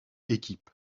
équipe